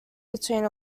between